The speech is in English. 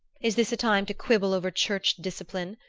is this a time to quibble over church discipline?